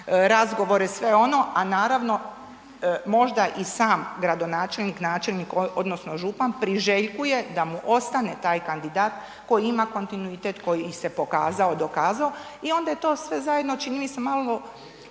razgovore sve ono, a naravno možda i sam gradonačelnik, načelnik odnosno župan priželjkuje da mu ostane taj kandidat koji ima kontinuitet koji se pokazao, dokazao i onda je to sve zajedno čini mi se malo